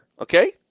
okay